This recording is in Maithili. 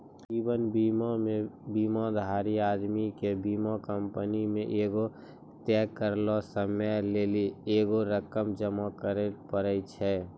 जीवन बीमा मे बीमाधारी आदमी के बीमा कंपनी मे एगो तय करलो समय लेली एगो रकम जमा करे पड़ै छै